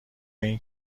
این